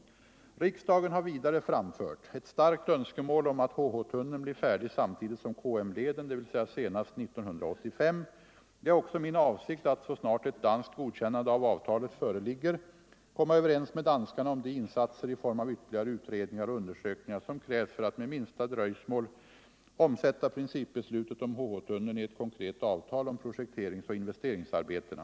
Riksdagen har vidare framfört ett starkt önskemål om att HH-tunneln blir färdig samtidigt som KM-leden, dvs. senast år 1985. Det är också Nr 122 min avsikt att — så snart ett danskt godkännande av avtalet föreligger Torsdagen den - komma överens med danskarna om de insatser i form av ytterligare 14 november 1974 utredningar och undersökningar som krävs för att med minsta dröjsmål I omsätta principbeslutet om HH-tunneln i ett konkret avtal om projek Ang. Öresundsförteringsoch investeringsarbetena.